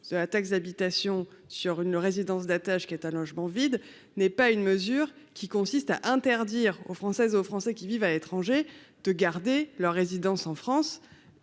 de la taxe d'habitation la résidence d'attache, qui est un logement vide, ne vise ni à interdire aux Françaises et aux Français qui vivent à l'étranger de garder leur résidence en France